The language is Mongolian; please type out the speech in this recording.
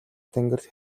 тэнгэрт